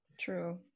true